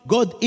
God